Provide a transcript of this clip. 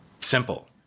Simple